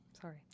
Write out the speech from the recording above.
sorry